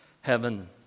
heaven